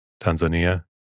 Tanzania